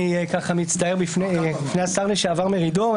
אני מתנצל בפני השר לשעבר מרידור.